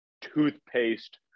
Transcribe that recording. toothpaste